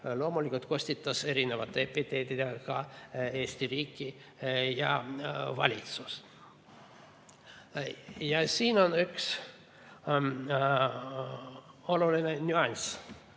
loomulikult kostitas erinevate epiteetidega Eesti riiki ja valitsust. Ja siin on üks oluline nüanss,